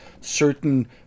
certain